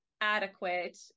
adequate